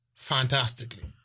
Fantastically